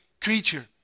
creature